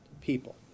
people